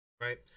Right